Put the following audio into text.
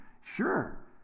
Sure